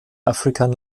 african